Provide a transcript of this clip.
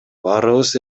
баарыбыз